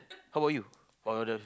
how about you while the